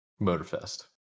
Motorfest